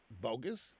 bogus